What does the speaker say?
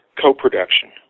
co-production